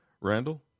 Randall